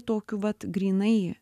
tokiu vat grynai